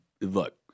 look